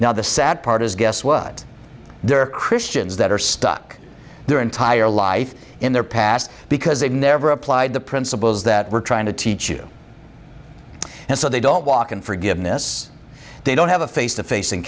now the sad part is guess what there are christians that are stuck their entire life in their past because they never applied the principles that we're trying to teach you and so they don't walk in forgiveness they don't have a face to face